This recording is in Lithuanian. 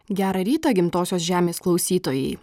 gerą rytą gimtosios žemės klausytojai